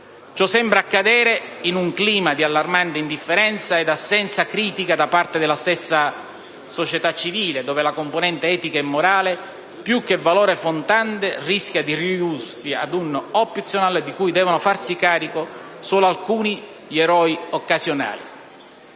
Ciò sembra accadere in un clima di allarmante indifferenza e assenza critica da parte della stessa società civile, dove la componente etica e morale, più che valore fondante, rischia di ridursi a un *optional,* di cui devono farsi carico solo alcuni: gli eroi occasionali.